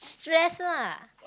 stress lah